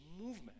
movement